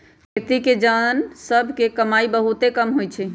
खेती के जन सभ के कमाइ बहुते कम होइ छइ